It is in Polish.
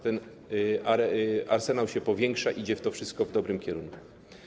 Ten arsenał się powiększa, idzie to wszystko w dobrym kierunku.